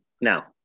Now